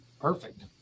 Perfect